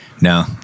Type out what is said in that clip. No